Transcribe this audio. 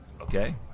okay